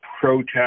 protest